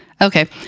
Okay